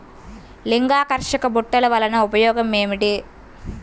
లింగాకర్షక బుట్టలు వలన ఉపయోగం ఏమిటి?